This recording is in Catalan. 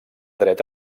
dret